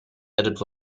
edit